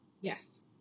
yes